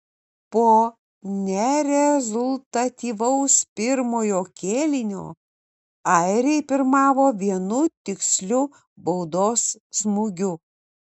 po nerezultatyvaus pirmojo kėlinio airiai pirmavo vienu tiksliu baudos smūgiu